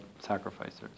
sacrificers